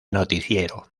noticiero